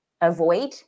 avoid